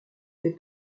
fait